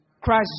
Christ